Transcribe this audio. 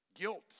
guilt